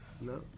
no